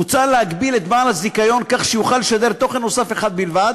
מוצע להגביל את בעל הזיכיון כך שיוכל לשדר תוכן נוסף אחד בלבד,